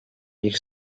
bir